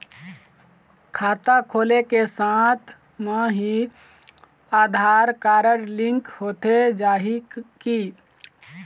खाता खोले के साथ म ही आधार कारड लिंक होथे जाही की?